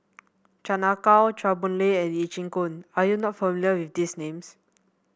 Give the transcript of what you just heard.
Chan Ah Kow Chua Boon Lay and Lee Chin Koon are you not familiar with these names